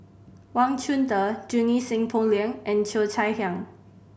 Wang Chunde Junie Sng Poh Leng and Cheo Chai Hiang